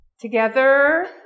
together